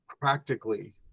practically